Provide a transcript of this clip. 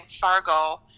Fargo